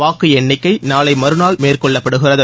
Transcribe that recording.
வாக்கு எண்ணிக்கை நாளை மறுநாள் மேற்கொள்ளப்படுகிறது